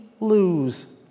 lose